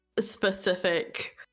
specific